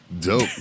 dope